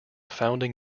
founding